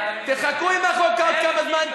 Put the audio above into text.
תחכו עם החוק עוד כמה זמן,